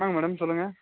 ஆமாங்க மேடம் சொல்லுங்க